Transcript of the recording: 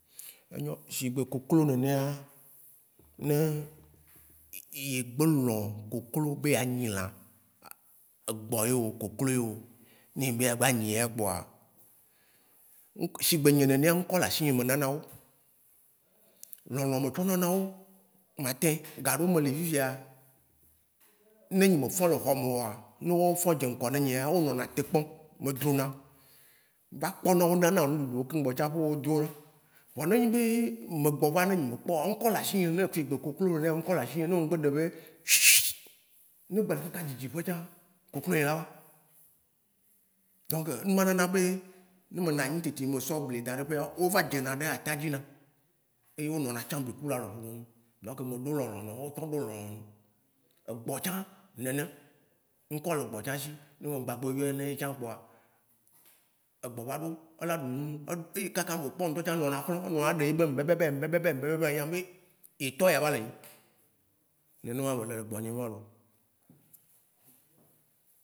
Enyɔ̃. Shigbe koklo nenea, ne, ye gbe lɔ̃ koklo be ya nyi lã, egbɔ yeo, koklo yeo, ne ebe ya gba nyi ya kpoa, ŋ-sh- shigbe nyĩ nenea, ŋ'kɔ le ashinye me nanawo. lɔ̃lɔ̃ me tsɔ nanawo, matin, gaɖeomɛ le fifia, né nye me fɔ̃ le xɔmeoa, ne woawo ƒɔ̃ dze ŋ'kɔ ne nyea, o nɔnaté kpɔŋ me drona va kpɔnawo nana ŋɖuɖuwo keŋgbɔ tsaƒe wo dzona. Vɔ ne nyi be, me gbɔva ne nye me kpɔwoa, ŋ'kɔ le ashinye, ne shigbe koklo nènèa, ŋ'kɔ le ashinye. Né ŋugbe ɖe be,<noisɛ>, ne wo gba le kaka dzidziƒe tsà, kolkonye la va. Donk numa nana be, ne me nanyi tete, me tsɔ bli daɖé via, o va dzena ɖe atadzi nam. Ye, o nɔna tsã bliku le alɔƒome num. Donk me ɖo lɔlɔ̃ na wó, watsã wo ɖo lɔlɔ̃ nuŋ. Égbɔ tsà, nene. Ŋ'kɔ le gbɔ tsã shi. Ne o gbagbe yonè etsã kpoa, egbɔ va ɖo. E la ɖunu. Eyi kaka be kpɔm koa, eyi kaka be kpɔm ŋtɔtsa, e nɔna xlɔ, e nɔna ɖe be ŋ bebebe ŋ bebebe ŋ bebebe nya be ye tɔ eya va le yi. Nene ma be le le gbɔnyĩ ema lo.